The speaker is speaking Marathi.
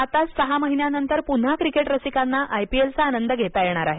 आता सहाच महिन्यांनंतर पुन्हा क्रिकेट रसिकांना आयपीएलचा आनंद घेता येणार आहे